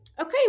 okay